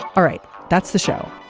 all right. that's the show.